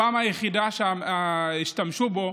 הפעם היחידה שהשתמשו בו,